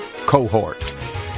cohort